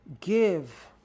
give